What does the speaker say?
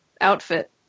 outfit